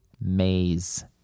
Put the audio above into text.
Maze